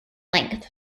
length